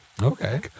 Okay